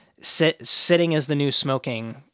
sitting-is-the-new-smoking